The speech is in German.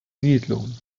siedlung